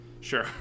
Sure